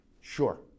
Sure